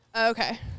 Okay